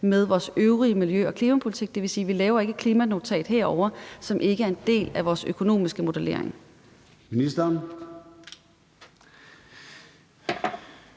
med vores øvrige miljø- og klimapolitik; det vil sige, at vi ikke laver et klimanotat, som ikke er en del af vores økonomiske modellering.